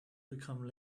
become